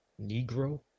Negro